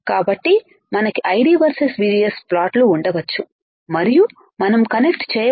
కాబట్టి మనకుID వర్సెస్ VGSప్లాట్లు ఉండవచ్చు మరియు మనం కరెంటు పంక్తిని కనెక్ట్ చేయవచ్చు